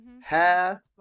hair